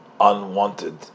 unwanted